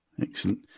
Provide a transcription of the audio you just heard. Excellent